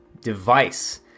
device